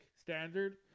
standard